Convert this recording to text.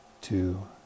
two